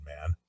man